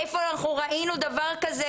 איפה אנחנו ראינו דבר כזה?